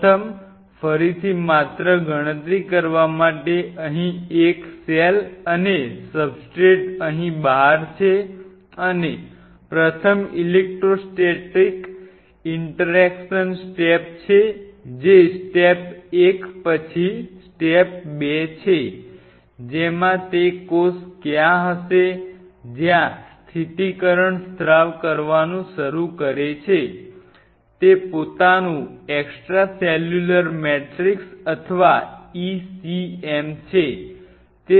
પ્રથમ ફરીથી માત્ર ગણતરી કરવા માટે અહીં એક સેલ અને સબસ્ટ્રેટ અહિં બહાર છે અને પ્રથમ ઇલેક્ટ્રોસ્ટેટિક ઇન્ટરેક્શન સ્ટેપ છે જે સ્ટેપ 1 પછી સ્ટેપ 2 છે જેમાં તે કોષ ક્યાં હશે જ્યાં સ્થિરીકરણ સ્ત્રાવ કરવાનું શરૂ કરે છે તે પોતાનું એક્સ્ટ્રા સેલ્યુલર મેટ્રિક્સ અથવા ECM છે